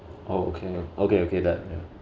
oh okay okay okay that ya